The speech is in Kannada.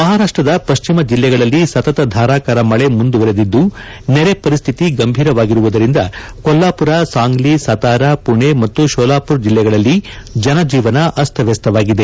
ಮಹಾರಾಷ್ಟದ ಪಶ್ಚಿಮ ಜಿಲ್ಲೆಗಳಲ್ಲಿ ಸತತ ಧಾರಾಕಾರ ಮಳೆ ಮುಂದುವರೆದಿದ್ದು ನೆರೆ ಪರಿಸ್ತಿತಿ ಗಂಭೀರವಾಗಿರುವುದರಿಂದ ಕೊಲ್ಲಾಪುರ ಸಾಂಗ್ಲಿ ಸತಾರ ಪುಣೆ ಮತ್ತು ಶೋಲಾಪುರ್ ಜಿಲ್ಲೆಗಳಲ್ಲಿ ಜನಜೀವನ ಅಸ್ತವ್ಯಸ್ತವಾಗಿದೆ